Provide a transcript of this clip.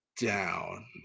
down